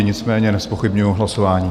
Nicméně nezpochybňuji hlasování.